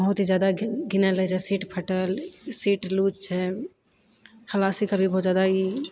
बहुत ही जादे घिनाएल रहैत छै सीट फटल सीट लूज़ खलासी कभी बहुत जादा ई